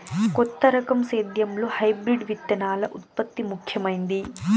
కొత్త రకం సేద్యంలో హైబ్రిడ్ విత్తనాల ఉత్పత్తి ముఖమైంది